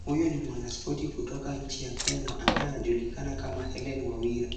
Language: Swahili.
Huyu ni mwanaspoti kutoka nchi ya Kenya ambaye anajulikana kama Helen Wawira.